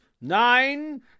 Nine